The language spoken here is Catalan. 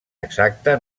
exacte